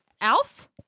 Alf